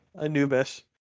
Anubis